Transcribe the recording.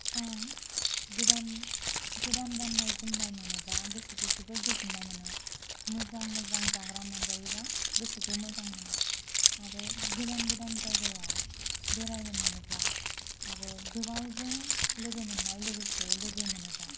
आं गोदान गोदान गाननाय जोमनाय मोनोब्ला गोसोखौ जोबोर गोजोननाय मोनो मोजां मोजां जाग्रा मोनजायोब्ला गोसोखौ मोजां मोनो आरो गोदान गोदान जायगायाव बेरायनो मोनोब्ला आरो गोबावजों लोगो मोननाय लोगोखौ लोगो मोनोब्ला